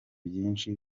byinshi